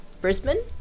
Brisbane